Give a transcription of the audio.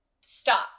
stop